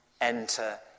enter